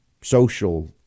social